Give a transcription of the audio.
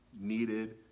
needed